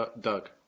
Doug